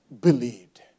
believed